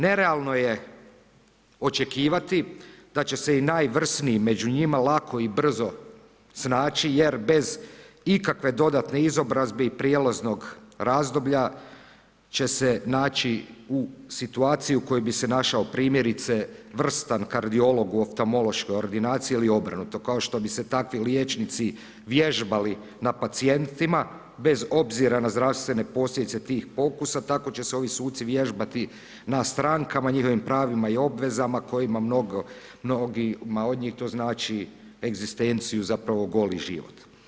Nerealno je očekivati da će se i najvrsniji među njima lako i brzo snaći jer bez ikakve dodatne izobrazbe i prijelaznog razdoblja će se naći u situaciji u kojoj bi se našao primjerice vrstan kardiolog u oftamološkoj ordinaciji ili obrnuto, kao što bi se takvi liječnici vježbali na pacjentima bez obzira na zdravstvene posljedice tih pokusa, tako će se ovi suci vježbati na strankama, njihovim pravima i obvezama kojima mnogima od njih to znači egzistenciju zapravo goli život.